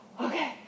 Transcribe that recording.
okay